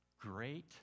Great